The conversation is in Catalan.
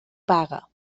paga